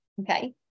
okay